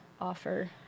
offer